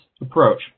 approach